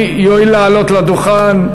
אדוני יואיל לעלות לדוכן.